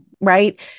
Right